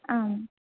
आम्